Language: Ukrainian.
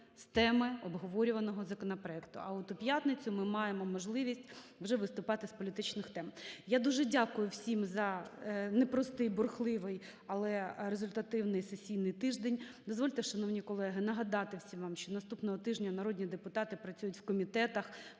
з теми обговорюваного законопроекту. А от у п'ятницю ми маємо можливість вже виступати з політичних тем. Я дуже дякую всім за непростий, бурхливий, але результативний сесійний тиждень. Дозвольте, шановні колеги, нагадати всім вам, що наступного тижня народні депутати працюють в комітетах,